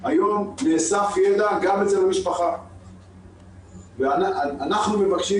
היום נאסף ידע גם אצל המשפחה ואנחנו מבקשים